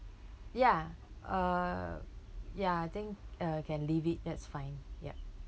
ya err ya I think uh can leave it that's fine yup